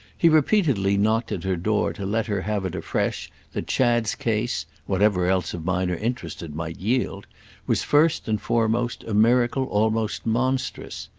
he repeatedly knocked at her door to let her have it afresh that chad's case whatever else of minor interest it might yield was first and foremost a miracle almost monstrous.